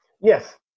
Yes